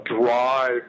drive